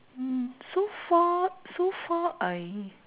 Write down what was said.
mm so far so far I